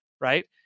right